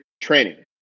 training